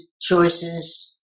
choices